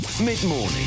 Mid-morning